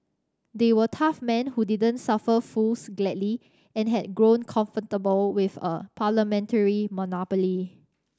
they were tough men who didn't suffer fools gladly and had grown comfortable with a parliamentary monopoly